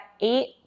eight